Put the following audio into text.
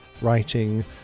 writing